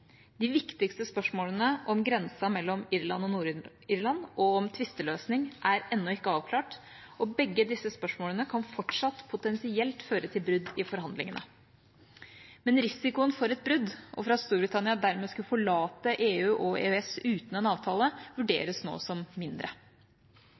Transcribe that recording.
De viktige spørsmålene om grensen mellom Irland og Nord-Irland og om tvisteløsning er ennå ikke avklart, og begge disse spørsmålene kan fortsatt potensielt føre til brudd i forhandlingene. Men risikoen for et brudd og for at Storbritannia dermed skulle forlate EU og EØS uten en avtale,